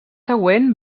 següent